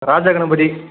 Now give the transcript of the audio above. Rajaganapathi